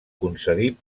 concedir